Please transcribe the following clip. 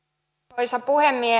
arvoisa puhemies